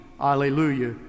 Alleluia